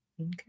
okay